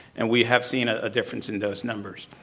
and we have seen a ah difference in those numbers.